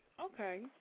Okay